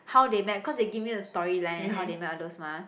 how they met cause they give me the storyline and how they met all those mah